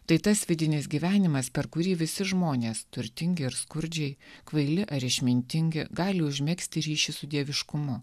tai tas vidinis gyvenimas per kurį visi žmonės turtingi ir skurdžiai kvaili ar išmintingi gali užmegzti ryšį su dieviškumu